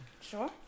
Sure